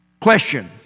Question